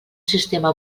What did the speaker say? sistema